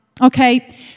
Okay